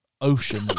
ocean